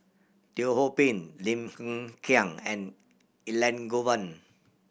Teo Ho Pin Lim Hng Kiang and Elangovan